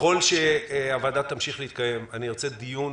שככל שהוועדה תמשיך להתקיים, אנחנו נקיים דיון